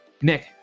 Nick